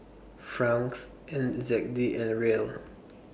Francs N Z D and Riel